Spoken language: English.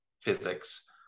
physics